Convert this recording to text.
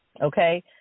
okay